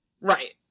Right